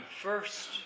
first